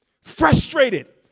frustrated